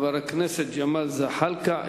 חבר הכנסת ג'מאל זחאלקה,